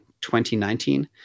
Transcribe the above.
2019